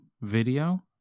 video